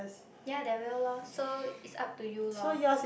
ya there will lor so it's up to you lor